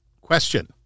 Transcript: question